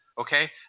okay